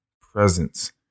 presence